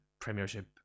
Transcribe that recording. Premiership